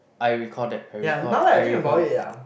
I recall that I recall I recall that